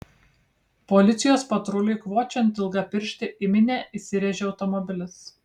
policijos patruliui kvočiant ilgapirštį į minią įsirėžė automobilis